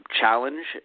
challenge